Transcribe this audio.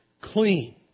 clean